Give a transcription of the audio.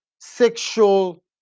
sexual